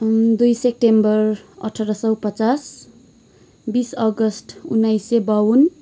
दुई सेप्टेम्बर अठार सौ पचास बिस अगस्त उन्नाइस सय बाउन